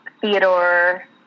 Theodore